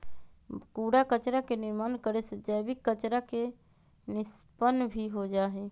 कूड़ा कचरा के निर्माण करे से जैविक कचरा के निष्पन्न भी हो जाहई